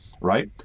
right